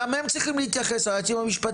גם היועצים המשפטיים צריכים להתייחס לזה,